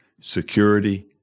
security